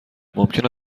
ممکن